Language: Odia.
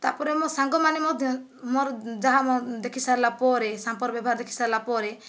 ତା'ପରେ ମୋ ସାଙ୍ଗମାନେ ମଧ୍ୟ ମୋର ଯାହା ମୋର ଦେଖି ସାରିଲା ପରେ ସାମ୍ପୁର ବ୍ୟବହାର ଦେଖିସାରିଲା ପରେ